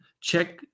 check